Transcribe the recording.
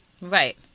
Right